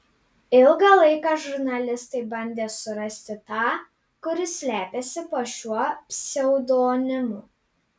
ilgą laiką žurnalistai bandė surasti tą kuris slepiasi po šiuo pseudonimu